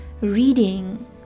reading